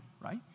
right